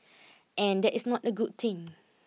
and that is not a good thing